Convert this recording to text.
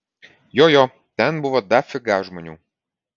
jo jo ten buvo dafiga žmonių